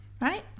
right